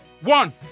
One